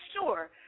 sure